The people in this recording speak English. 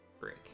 break